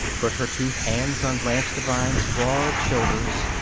put her two hands on blanche devine's broad shoulders,